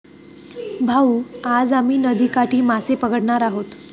भाऊ, आज आम्ही नदीकाठी मासे पकडणार आहोत